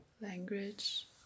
language